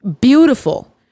beautiful